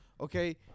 okay